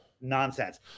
nonsense